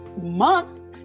months